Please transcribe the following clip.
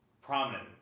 prominent